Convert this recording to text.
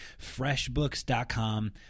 Freshbooks.com